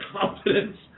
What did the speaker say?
confidence